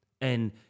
And-